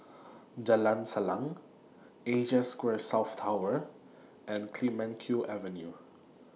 Jalan Salang Asia Square South Tower and Clemenceau Avenue